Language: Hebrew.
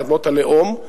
מאדמות הלאום,